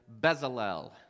Bezalel